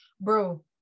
bro